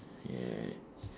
yeah